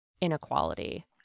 inequality